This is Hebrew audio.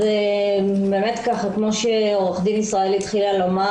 באמת כמו שעו"ד ישראלי התחילה לומר,